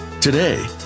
Today